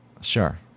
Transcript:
Sure